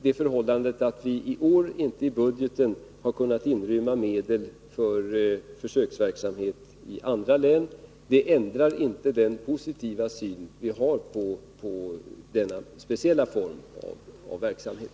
Det förhållandet att vi i år inte i budgeten har kunnat inrymma medel för försöksverksamhet i andra län ändrar inte den positiva syn vi har på denna speciella form av verksamhet.